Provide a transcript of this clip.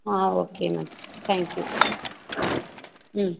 ah okay ma'am thank you ம்